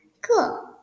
cool